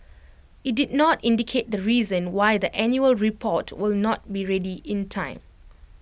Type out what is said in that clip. IT did not indicate the reason why the annual report will not be ready in time